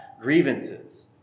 grievances